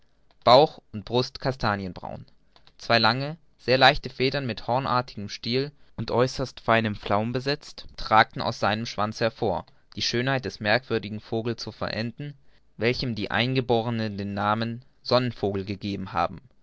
bauch und brust kastanienbraun zwei lange sehr leichte federn mit hornartigem stiel und äußerst seinem flaum besetzt ragten aus seinem schwanz hervor die schönheit des merkwürdigen vogels zu vollenden welchem die eingeborenen den namen sonnenvogel gegeben haben